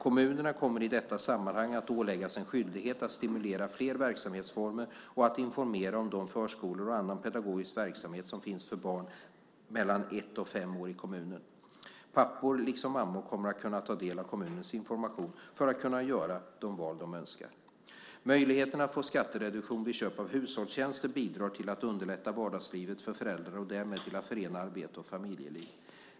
Kommunerna kommer i detta sammanhang att åläggas en skyldighet att stimulera fler verksamhetsformer och att informera om de förskolor och annan pedagogisk verksamhet som finns för barn mellan ett och fem år i kommunen. Pappor liksom mammor kommer att kunna ta del av kommunens information för att kunna göra de val de önskar. Möjligheten att få skattereduktion vid köp av hushållstjänster bidrar till att underlätta vardagslivet för föräldrar och därmed till att förena arbete och familjeliv.